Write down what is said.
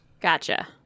Gotcha